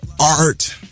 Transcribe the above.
art